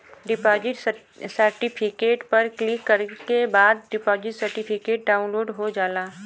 deposit certificate पर click करे के बाद डिपॉजिट सर्टिफिकेट डाउनलोड हो जाला